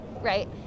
right